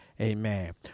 Amen